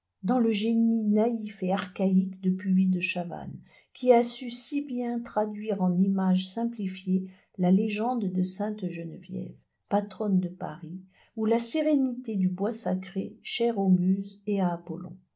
dans le génie naïf et archaïque de puvis de chavannes qui a su si bien traduire en images simplifiées la légende de sainte-geneviève patronne de paris ou la sérénité du bois sacré cher aux muses et à apollon